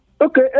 okay